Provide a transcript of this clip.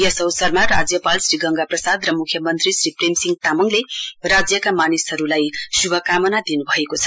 यस अवसरमा राज्यपाल श्री गंगा प्रसाद र मुख्यमन्त्री श्री प्रेमसिंह तामङले राज्यका मानिसहरूलाई शुभकामना दिनुभएको छ